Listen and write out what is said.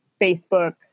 Facebook